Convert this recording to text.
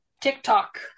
TikTok